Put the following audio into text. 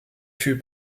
fut